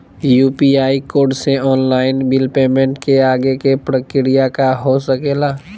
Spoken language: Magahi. यू.पी.आई कोड से ऑनलाइन बिल पेमेंट के आगे के प्रक्रिया का हो सके ला?